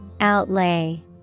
Outlay